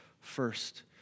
first